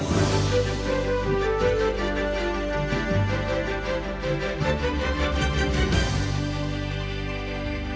Дякую.